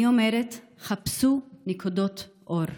אני אומרת: חפשו נקודות אור.